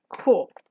cool